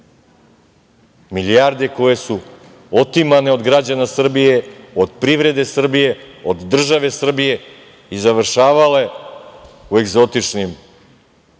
Milijarde koje su otimane od građana Srbije, od privrede Srbije, od države Srbije i završavale u egzotičnim